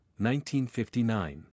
1959